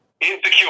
Insecure